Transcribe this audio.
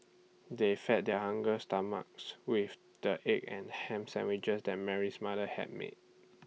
they fed their hungry stomachs with the egg and Ham Sandwiches that Mary's mother had made